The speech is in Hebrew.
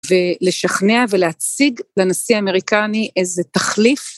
ולשכנע ולהציג לנשיא האמריקני איזה תחליף.